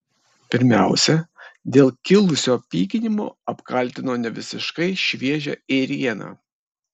pirmiausia dėl kilusio pykinimo apkaltino nevisiškai šviežią ėrieną